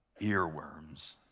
Earworms